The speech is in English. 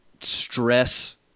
stress